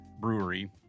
brewery